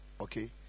Okay